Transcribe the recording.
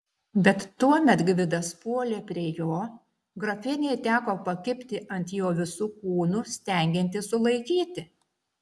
bet tuomet gvidas puolė prie jo grafienei teko pakibti ant jo visu kūnu stengiantis sulaikyti